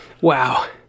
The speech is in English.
Wow